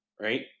right